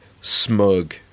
smug